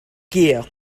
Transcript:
gear